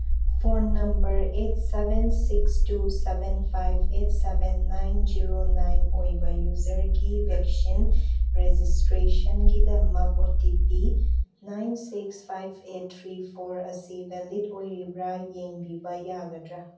phone number eight seven six two seven five eight seven nine zero nine ꯑꯣꯏꯕ ꯌꯨꯖꯔꯒꯤ vaccine ꯔꯦꯖꯤꯁꯇ꯭ꯔꯦꯁꯟꯒꯤꯗꯃꯛ O T P nine six five eight three four ꯑꯁꯤ valid ꯑꯣꯏꯔꯤꯕ꯭ꯔꯥ ꯌꯦꯡꯕꯤꯕ ꯌꯥꯒꯗ꯭ꯔꯥ